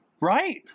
Right